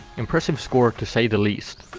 impressive score to say the least,